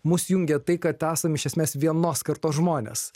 mus jungia tai kad esam iš esmės vienos kartos žmonės